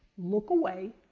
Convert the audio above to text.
look away,